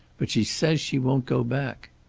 but she says she won't go back.